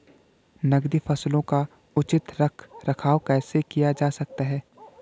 नकदी फसलों का उचित रख रखाव कैसे किया जा सकता है?